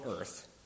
earth